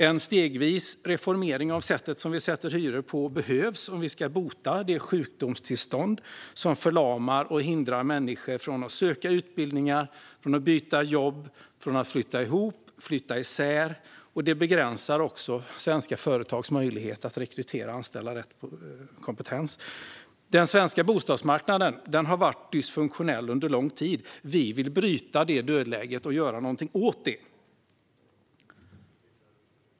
En stegvis reformering av sättet vi sätter hyror på behövs om vi ska kunna bota det sjukdomstillstånd som förlamar och hindrar människor från att söka utbildningar, byta jobb, flytta ihop och flytta isär och som också begränsar svenska företags möjlighet att rekrytera och anställa rätt kompetens. Den svenska bostadsmarknaden har varit dysfunktionell under lång tid. Vi vill bryta det dödläget och göra något åt det.